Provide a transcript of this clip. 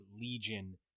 Legion